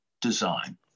design